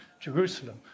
Jerusalem